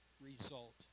result